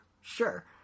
sure